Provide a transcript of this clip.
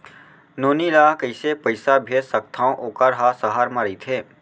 नोनी ल कइसे पइसा भेज सकथव वोकर ह सहर म रइथे?